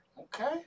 Okay